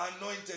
anointed